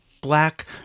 black